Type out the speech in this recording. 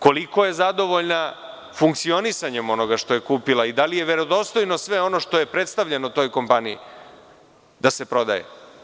Koliko je zadovoljna funkcionisanjem onoga što je kupila i da li je verodostojno sve ono što je predstavljeno toj kompaniji da se prodaje?